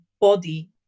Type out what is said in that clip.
body